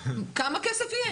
כמה כסף יהיה.